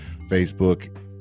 Facebook